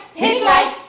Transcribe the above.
hit like!